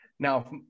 Now